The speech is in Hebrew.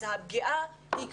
אז הפגיעה היא כפולה,